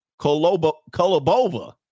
Kolobova